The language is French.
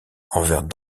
envers